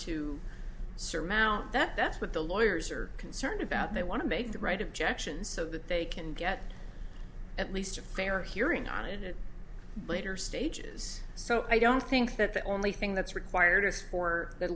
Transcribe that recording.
surmount that that's what the lawyers are concerned about they want to make the right objections so that they can get at least a fair hearing on it later stages so i don't think that the only thing that's required is for th